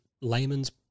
layman's